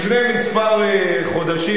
לפני כמה חודשים,